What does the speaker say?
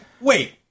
wait